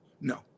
No